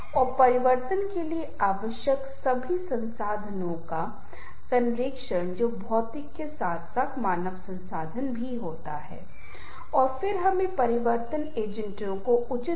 rapport बिल्डिंगका मतलब है अगर किसी को कुछ समस्या है और यदि आप उन समस्याओं और मुद्दों के साथ उसकी मदद कर सकते हैं तो निश्चित रूप से बहुत आसानी से हम तालमेल का निर्माण कर सकते हैं